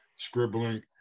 scribbling